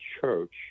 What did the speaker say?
church